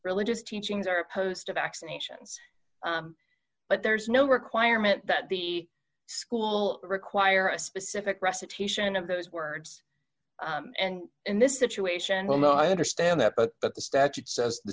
religious teachings are opposed to vaccinations but there is no requirement that the school require a specific recitation of those words and in this situation well no i understand that but the statute says the